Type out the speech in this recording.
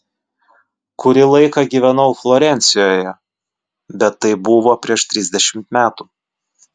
kurį laiką gyvenau florencijoje bet tai buvo prieš trisdešimt metų